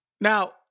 now